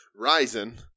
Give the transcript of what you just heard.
Ryzen